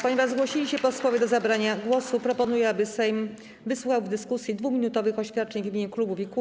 Ponieważ zgłosili się posłowie do zabrania głosu, proponuję, aby Sejm wysłuchał w dyskusji 2-minutowych oświadczeń w imieniu klubów i kół.